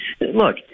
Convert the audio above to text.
Look –